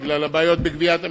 בגלל הבעיות בגביית המסים,